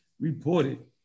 reported